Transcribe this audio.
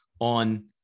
on